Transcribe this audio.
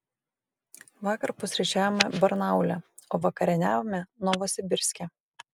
vakar pusryčiavome barnaule o vakarieniavome novosibirske